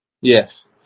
Yes